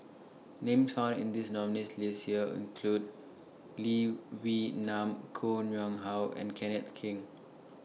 Names found in This nominees' list This Year include Lee Wee Nam Koh Nguang How and Kenneth Keng